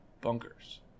bunkers